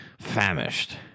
famished